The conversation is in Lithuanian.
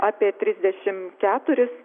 apie trisdešim keturis